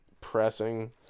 pressing